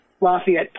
Lafayette